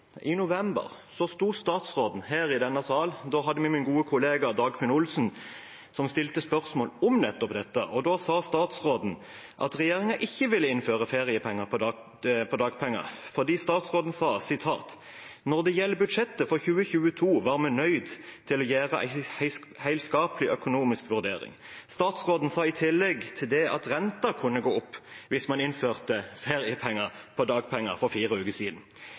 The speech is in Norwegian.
i november, sto her i denne sal da min gode kollega Dagfinn Henrik Olsen stilte spørsmål om nettopp dette, sa statsråden at regjeringen ikke ville innføre feriepenger på dagpenger. Hun sa: «Når det gjeld budsjettet for 2022, var me nøydde til å gjera ei heilskapleg økonomisk vurdering.» Statsråden sa i tillegg at renten kunne gå opp hvis man innførte feriepenger på dagpenger – for fire uker siden.